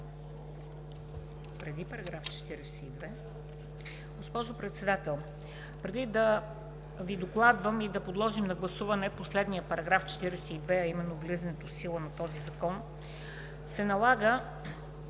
МЕНДА СТОЯНОВА: Госпожо Председател, преди да Ви докладвам и да подложим на гласуване последния § 42, а именно влизането в сила на този Закон, се налага